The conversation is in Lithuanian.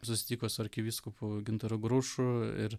susitiko su arkivyskupu gintaru grušu ir